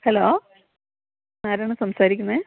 hello ആരാണ് സംസാരിക്കുന്നത്